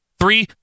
Three